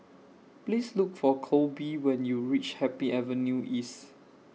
Please Look For Kolby when YOU REACH Happy Avenue East